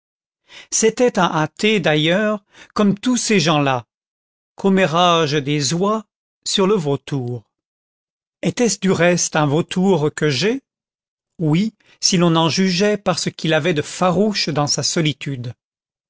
c'était un athée d'ailleurs comme tous ces gens-là commérages des oies sur le vautour était-ce du reste un vautour que g oui si l'on en jugeait par ce qu'il y avait de farouche dans sa solitude